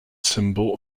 symbol